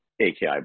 AKI